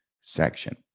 section